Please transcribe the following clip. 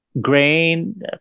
grain